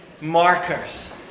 markers